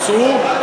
צאו,